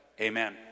amen